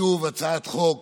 שוב הצעת חוק